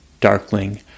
darkling